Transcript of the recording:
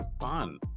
fun